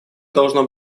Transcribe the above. должно